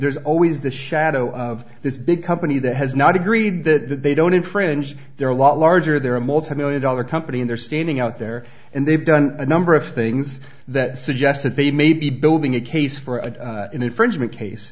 there's always the shadow of this big company that has not agreed that they don't infringe there are a lot larger there are more ten million dollar company and they're standing out there and they've done a number of things that suggest that they may be building a case for an infringement case